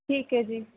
ਠੀਕ ਹੈ ਜੀ